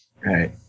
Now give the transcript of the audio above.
Right